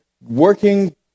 working